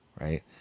right